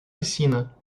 piscina